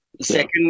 Second